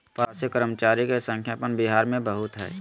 प्रवासी कर्मचारी के संख्या अपन बिहार में बहुत हइ